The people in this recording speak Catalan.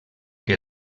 que